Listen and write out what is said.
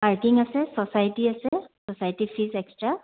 parking আছে society আছে society fees extra